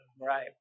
Right